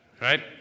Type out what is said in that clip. right